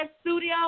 studio